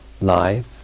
life